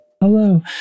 Hello